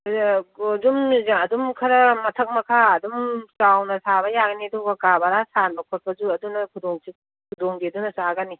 ꯑꯗꯨꯝ ꯈꯔ ꯃꯊꯛ ꯃꯈꯥ ꯑꯗꯨꯝ ꯆꯥꯎꯅ ꯁꯥꯕ ꯌꯥꯒꯅꯤ ꯑꯗꯨꯒ ꯀꯥ ꯕꯔꯥ ꯁꯥꯟꯕ ꯈꯣꯠꯄꯁꯨ ꯑꯗꯨꯅ ꯈꯨꯗꯣꯡꯁꯨ ꯈꯨꯗꯣꯡꯗꯤ ꯑꯗꯨꯅ ꯆꯥꯒꯅꯤ